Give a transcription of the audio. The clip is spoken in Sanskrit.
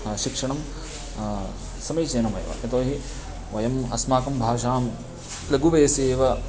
शिक्षणं समीचीनमेव यतोहि वयम् अस्माकं भाषां लघुवयसि एव